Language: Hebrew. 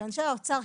שאנשי האוצר,